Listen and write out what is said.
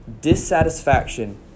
dissatisfaction